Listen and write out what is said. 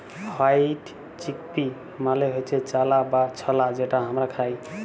white chickpea মালে হচ্যে চালা বা ছলা যেটা হামরা খাই